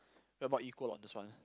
we're about equal on this one ah